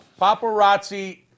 Paparazzi